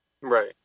Right